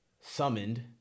summoned